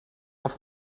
auf